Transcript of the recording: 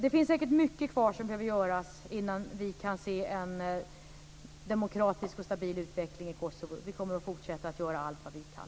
Det finns säkert mycket kvar som behöver göras innan vi kan se en demokratisk och stabil utveckling i Kosovo. Vi kommer att fortsätta att göra allt vad vi kan.